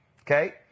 okay